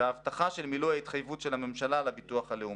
והבטחה של מילוי ההתחייבות של הממשלה לביטוח הלאומי.